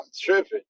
tripping